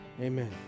Amen